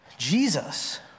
Jesus